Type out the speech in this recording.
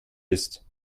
ist